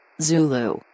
Zulu